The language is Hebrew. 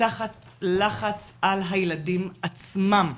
תחת לחץ על הילדים עצמם.